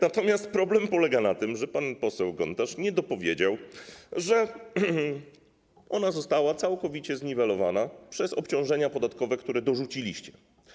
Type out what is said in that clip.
Natomiast problem polega na tym, że pan poseł Gontarz nie dopowiedział, że ona została całkowicie zniwelowana przez obciążenia podatkowe, które dorzuciliście.